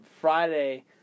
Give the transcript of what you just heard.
Friday